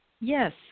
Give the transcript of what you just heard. Yes